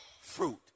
Fruit